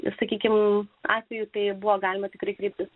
sakykime atveju tai buvo galima tikrai kreiptis